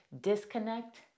disconnect